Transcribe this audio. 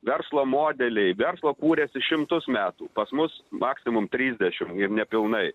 verslo modeliai verslo kūrėsi šimtus metų pas mus maksimum trisdešim nepilnai